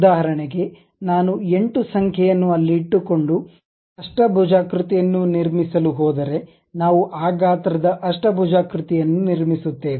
ಉದಾಹರಣೆಗೆ ನಾನು 8 ಸಂಖ್ಯೆಯನ್ನು ಅಲ್ಲಿ ಇಟ್ಟುಕೊಂಡು ಅಷ್ಟಭುಜಾಕೃತಿ ಅನ್ನು ನಿರ್ಮಿಸಲು ಹೋದರೆ ನಾವು ಆ ಗಾತ್ರದ ಅಷ್ಟಭುಜಾಕೃತಿ ಅನ್ನು ನಿರ್ಮಿಸುತ್ತೇವೆ